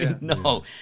no